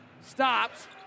Stops